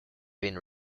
been